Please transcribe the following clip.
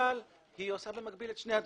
אבל היא עושה במקביל את שני הדברים.